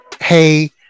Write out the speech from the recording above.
hey